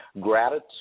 Gratitude